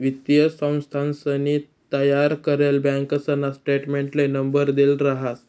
वित्तीय संस्थानसनी तयार करेल बँकासना स्टेटमेंटले नंबर देल राहस